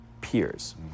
peers